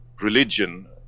religion